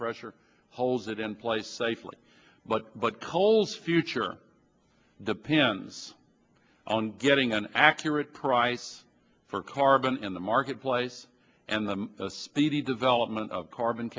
pressure holds it in place safely but but kohls future depends on getting an accurate price for carbon in the marketplace and the speedy development of carbon